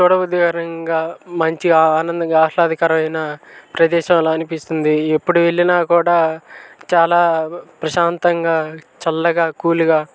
చూడ మంచి ఆనందంగా ఆహ్లాదకరమైన ప్రదేశంలా అనిపిస్తుంది ఎప్పుడు వెళ్ళినా కూడా చాలా ప్రశాంతంగా చల్లగా కూల్గా